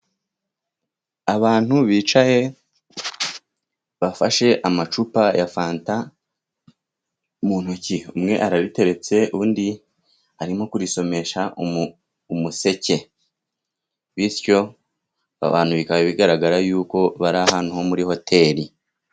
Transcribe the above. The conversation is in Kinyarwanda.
Abantu bicaye, bafashe amacupa ya fanta mu ntoki, umwe arariteretse, undi arimo kurisomesha umuseke. Bityo abantu bikaba bigaragara yuko bari ahantu ho muri hoteri.